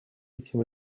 этим